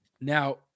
Now